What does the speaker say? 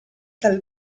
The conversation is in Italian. dal